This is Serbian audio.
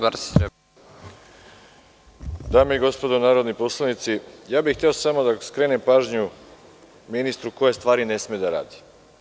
Dame i gospodo narodni poslanici, hteo bih samo da skrenem pažnju ministru koje stvari ne sme da radi.